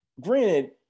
granted